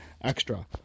extra